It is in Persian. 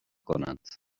کنند